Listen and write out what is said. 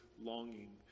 longing